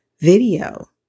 video